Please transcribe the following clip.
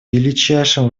величайшим